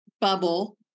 bubble